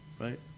Right